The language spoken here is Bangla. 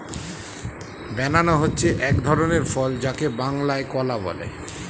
ব্যানানা হচ্ছে এক ধরনের ফল যাকে বাংলায় কলা বলে